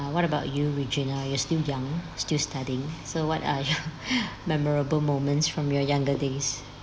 what about you regina you are still young still studying so what are your memorable moments from your younger days